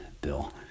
Bill